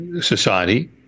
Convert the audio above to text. society